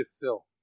fill